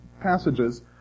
passages